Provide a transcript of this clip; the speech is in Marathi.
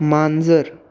मांजर